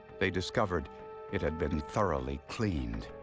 they discovered it had been thoroughly cleaned.